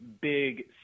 big